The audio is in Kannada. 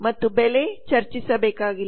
ಮತ್ತು ಬೆಲೆ ಚರ್ಚಿಸಬೇಕಾಗಿಲ್ಲ